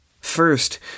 First